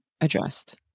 addressed